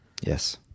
Yes